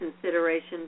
consideration